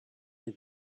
that